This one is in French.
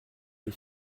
des